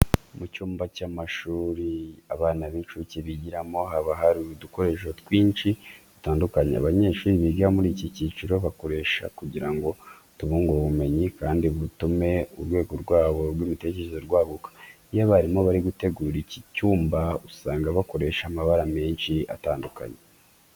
Mu cyumba cy'ishuri abana b'incuke bigiramo haba hari udukoresho twinshi dutandukanye, abanyeshuri biga muri iki cyiciro bakoresha kugira ngo tubungure ubumenyi kandi dutume urwego rwabo rw'imitekerereze rwaguka. Iyo abarimu bari gutegura iki cyumba usanga bakoresha amabara menshi atandukanye.